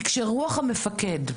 כי כשרוח המפקד,